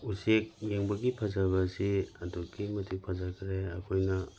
ꯎꯆꯦꯛ ꯌꯦꯡꯕꯒꯤ ꯐꯖꯕ ꯑꯁꯤ ꯑꯗꯨꯛꯀꯤ ꯃꯇꯤꯛ ꯐꯖꯈ꯭ꯔꯦ ꯑꯩꯈꯣꯏꯅ